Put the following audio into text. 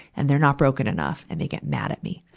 and they're not broken enough, and they get mad at me.